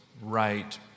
right